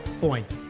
point